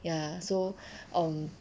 ya so um